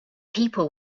people